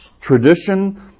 Tradition